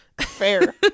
Fair